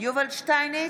יובל שטייניץ,